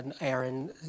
Aaron